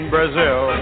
Brazil